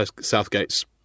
Southgate's